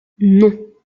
non